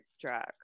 drag